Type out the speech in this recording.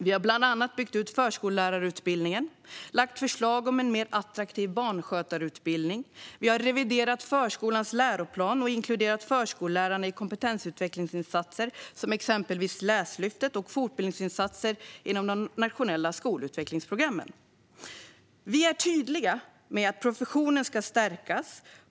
Vi har bland annat byggt ut förskollärarutbildningen, lagt förslag om en mer attraktiv barnskötarutbildning, reviderat förskolans läroplan och inkluderat förskollärarna i kompetensutvecklingsinsatser som Läslyftet och fortbildningsinsatser inom de nationella skolutvecklingsprogrammen. Vi är tydliga med att professionen ska stärkas.